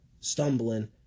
stumbling